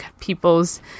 people's